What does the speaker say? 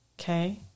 Okay